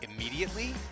immediately